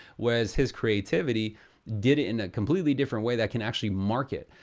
whereas his creativity did it in a completely different way that can actually market.